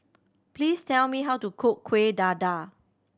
please tell me how to cook Kueh Dadar